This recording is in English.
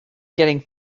getting